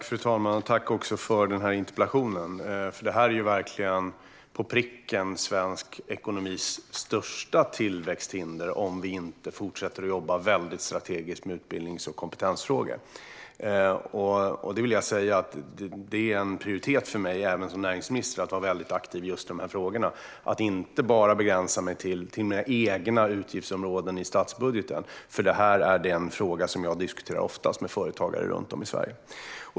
Fru talman! Tack för interpellationen! Detta är på pricken svenskt ekonomis största tillväxthinder om vi inte fortsätter att jobba strategiskt med utbildnings och kompetensfrågor. Jag vill säga att det är prioriterat för mig även som näringsminister att vara aktiv just i de här frågorna och att inte bara begränsa mig till mina egna utgiftsområden i statsbudgeten. Detta är den fråga som jag diskuterar oftast med företagare runt om i Sverige.